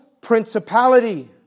principality